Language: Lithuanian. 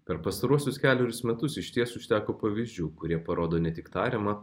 per pastaruosius kelerius metus išties užteko pavyzdžių kurie parodo ne tik tariamą